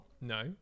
No